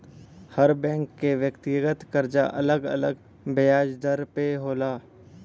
हर bank के व्यक्तिगत करजा अलग अलग बियाज दर पे होला